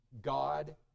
God